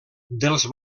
dels